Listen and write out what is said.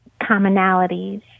commonalities